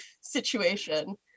situation